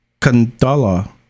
Kandala